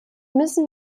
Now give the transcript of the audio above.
müssen